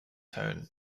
tone